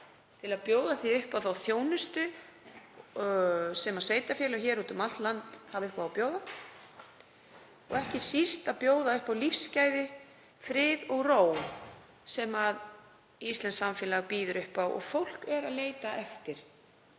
til að bjóða upp á þá þjónustu sem sveitarfélög út um allt land hafa upp á að bjóða og ekki síst að bjóða upp á lífsgæði, frið og ró sem íslenskt samfélag býður upp á og fólk er að leita eftir